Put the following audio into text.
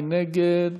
מי נגד?